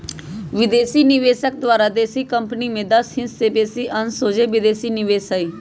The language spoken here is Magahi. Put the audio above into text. विदेशी निवेशक द्वारा देशी कंपनी में दस हिस् से बेशी अंश सोझे विदेशी निवेश हइ